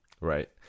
Right